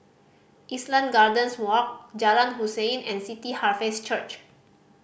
Island Gardens Walk Jalan Hussein and City Harvest Church